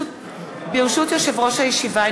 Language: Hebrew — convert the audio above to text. ברשות יושב-ראש הישיבה,